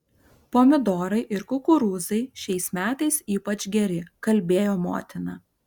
pomidorai ir kukurūzai šiais metais ypač geri kalbėjo motina